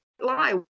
lie